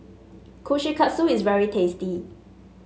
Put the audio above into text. Kushikatsu is very tasty